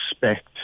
respect